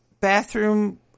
bathroom